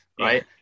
right